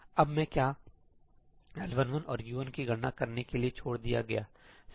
अब मैं क्या L11 और U11 की गणना करने के लिए छोड़ दिया गया सही